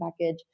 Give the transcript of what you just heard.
package